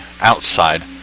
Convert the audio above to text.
outside